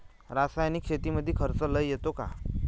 रासायनिक शेतीमंदी खर्च लई येतो का?